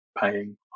paying